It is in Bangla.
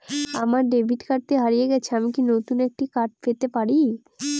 আমার ডেবিট কার্ডটি হারিয়ে গেছে আমি কি নতুন একটি কার্ড পেতে পারি?